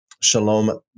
Shalom